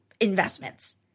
investments